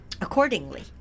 accordingly